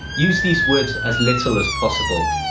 use these words as little as possible.